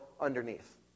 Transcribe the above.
underneath